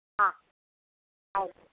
ಹಾಂ ಆಯಿತು